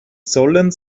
sollen